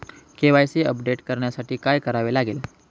KYC update करण्यासाठी काय करावे लागेल?